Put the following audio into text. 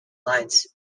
lines